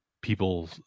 people